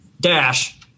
dash